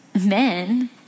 men